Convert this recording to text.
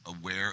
aware